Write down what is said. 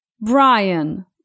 Brian